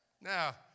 Now